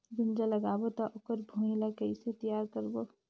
गुनजा लगाबो ता ओकर भुईं ला कइसे तियार करबो?